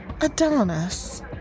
Adonis